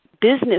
business